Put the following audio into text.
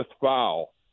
foul